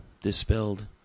dispelled